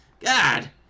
God